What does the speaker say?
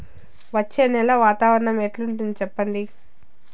వచ్చే నెల వాతావరణం ఎట్లుంటుంది చెప్పండి?